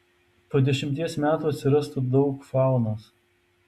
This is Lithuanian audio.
po dešimties metų atsirastų daug faunos